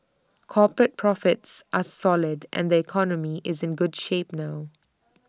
corporate profits are solid and the economy is in good shape now